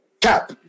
Cap